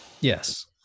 Yes